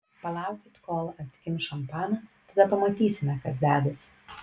palaukit kol atkimš šampaną tada pamatysime kas dedasi